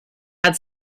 had